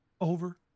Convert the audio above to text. over